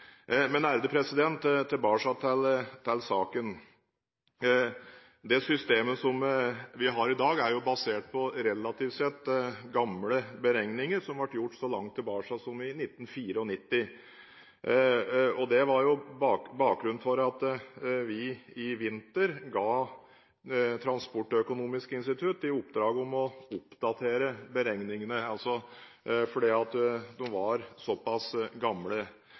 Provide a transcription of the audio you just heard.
Men tilbake til saken: Det systemet vi har i dag, er jo basert på relativt sett gamle beregninger som ble gjort så langt tilbake som i 1994. Det er bakgrunnen for at vi i vinter ga Transportøkonomisk institutt i oppdrag å oppdatere beregningene, nettopp fordi de var såpass gamle.